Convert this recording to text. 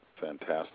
fantastic